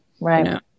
Right